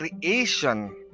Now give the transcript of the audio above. creation